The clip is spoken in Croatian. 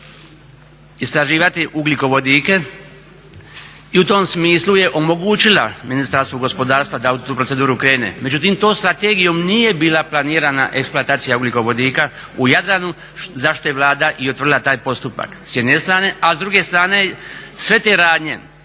istraživati ugljikovodike i u tom smislu je omogućila Ministarstvu gospodarstva da u tu proceduru krene. Međutim, tom strategijom nije bila planirana eksploatacija ugljikovodika u Jadranu za što je Vlada i otvorila taj postupak s jedne strane, a s druge strane sve te radnje